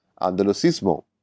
Andalusismo